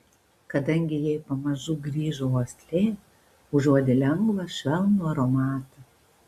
kadangi jai pamažu grįžo uoslė užuodė lengvą švelnų aromatą